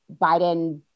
Biden